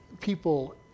people